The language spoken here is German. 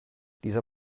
dieser